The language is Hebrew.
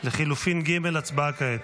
לחלופין ג', הצבעה כעת.